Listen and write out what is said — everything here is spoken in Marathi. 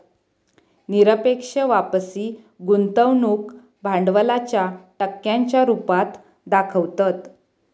निरपेक्ष वापसी गुंतवणूक भांडवलाच्या टक्क्यांच्या रुपात दाखवतत